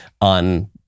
on